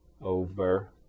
over